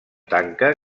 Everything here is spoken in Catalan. tanca